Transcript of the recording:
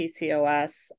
PCOS